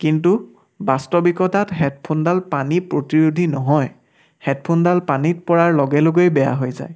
কিন্তু বাস্তৱিকতাত হেডফোনডাল পানী প্ৰতিৰোধী নহয় হেডফোনডাল পানীত পৰাৰ লগে লগেই বেয়া হৈ যায়